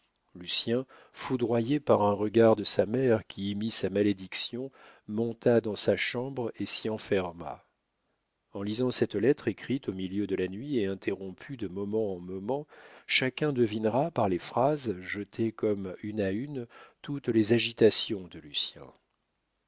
fausse lucien foudroyé par un regard de sa mère qui y mit sa malédiction monta dans sa chambre et s'y enferma en lisant cette lettre écrite au milieu de la nuit et interrompue de moments en moments chacun devinera par les phrases jetées comme une à une toutes les agitations de lucien